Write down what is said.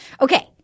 okay